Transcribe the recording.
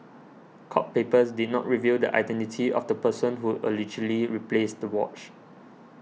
court papers did not reveal the identity of the person who allegedly replaced the watch